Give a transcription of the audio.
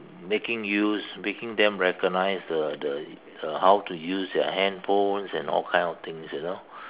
making use making them recognise the the the how to use their handphones and all kind of things you know